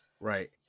right